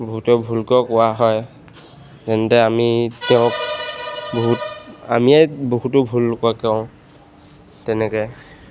বহুতো ভুলকৈও কোৱা হয় আমি তেওঁক বহুত আমিয়ে বহুতো ভুলকৈ কওঁ তেনেকৈ